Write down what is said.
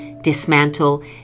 dismantle